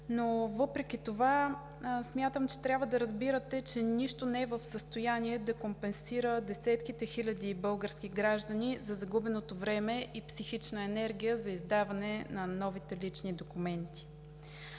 но въпреки това смятам, че трябва да разбирате, че нищо не е в състояние да компенсира десетките хиляди български граждани за загубеното време и психична енергия за издаване на новите лични документи.